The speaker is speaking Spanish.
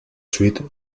suite